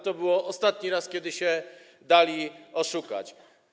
To był ostatni raz, kiedy się dali oszukać.